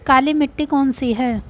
काली मिट्टी कौन सी है?